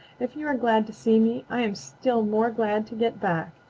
if you are glad to see me i am still more glad to get back.